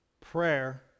Prayer